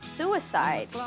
Suicide